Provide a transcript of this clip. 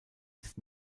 ist